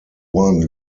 one